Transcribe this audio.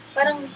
Parang